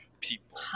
people